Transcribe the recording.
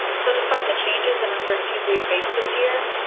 so despite the changes and uncertainties we and face this year,